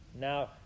now